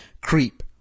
creep